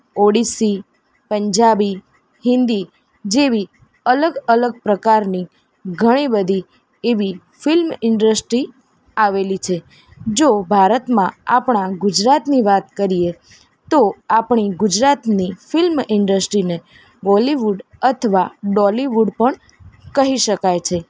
ઓડિશી પંજાબી હિન્દી જેવી અલગ અલગ પ્રકારની ઘણી બધી એવી ફિલ્મ ઇન્ડસ્ટ્રી આવેલી છે જો ભારતમાં આપણા ગુજરાતની વાત કરીએ તો આપણી ગુજરાતની ફિલ્મ ઇન્ડસ્ટ્રીને બૉલીવૂડ અથવા ડોલીવૂડ પણ કહી શકાય છે